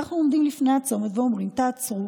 אנחנו עומדים לפני הצומת ואומרים: תעצרו,